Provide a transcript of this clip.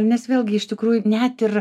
nes vėlgi iš tikrųjų net ir